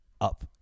up